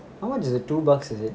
how much is the two bucks is it